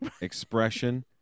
expression